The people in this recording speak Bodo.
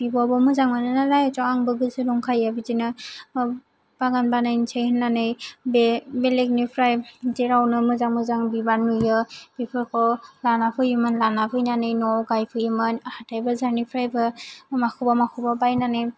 बिब'आबो मोजां मोनोनालाय स' आंबो गोसो दंखायो बिदिनो बागान बानायनोसै होननानै बे बेलेगनिफ्राय जेरावनो मोजां मोजां बिबार नुयो बिफोरखौ लाना फैयोमोन लाना फैनानै न'आव गायफैयोमोन हाथाइ बाजारनिफ्रायबो माखौबा माखौबा बायनानै